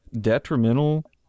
detrimental